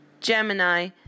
Gemini